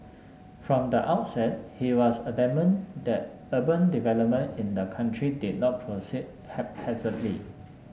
from the outset he was adamant that urban development in the country did not proceed haphazardly